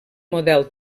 model